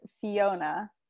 Fiona